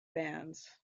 bands